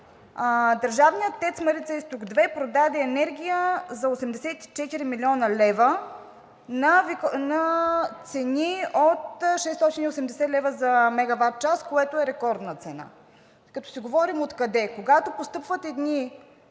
Държавният „ТЕЦ Марица изток 2“ продаде енергия за 84 млн. лв. на цени от 680 лв. за мегаватчас, което е рекордна цена. Като си говорим откъде? Когато постъпват едни